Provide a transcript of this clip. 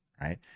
right